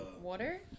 Water